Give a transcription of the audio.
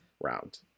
round